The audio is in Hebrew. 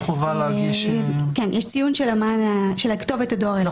יש ציון של כתובת הדואר האלקטרוני.